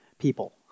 people